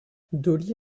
dolly